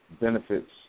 benefits